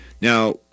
Now